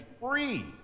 free